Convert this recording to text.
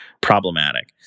problematic